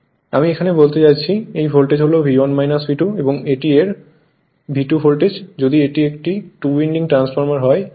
আমি এখানে বলতে চাচ্ছি এই ভোল্টেজ হল V1 V2 এবং এটি এর V2 ভোল্টেজ যদি এটি একটি টু উইন্ডিং ট্রান্সফরমার হয়